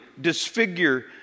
disfigure